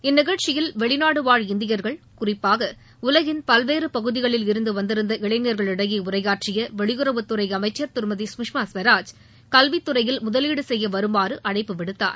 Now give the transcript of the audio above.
இந்நிகழ்ச்சியில் வெளிநாடு வாழ் இந்தியர்கள் குறிப்பாக உலகின் பல்வேறு பகுதிகளில் இருந்து வந்திருந்த இளைஞர்களிடையே உரையாற்றிய வெளியுறவுத் துறை அமைச்சர் திருமதி சுஷ்மா சுவராஜ் கல்வித் துறையில் முதலீடு செய்ய வருமாறு அழைப்பு விடுத்தார்